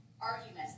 arguments